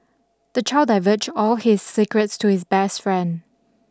the child divulged all his secrets to his best friend